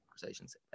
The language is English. conversations